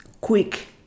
quick